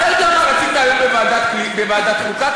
אתה רצית להיות בוועדת חוקה?